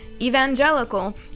evangelical